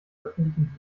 öffentlichen